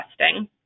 testing